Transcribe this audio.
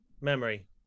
Memory